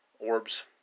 Orbs